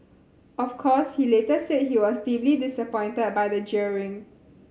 of course he later said he was deeply disappointed by the jeering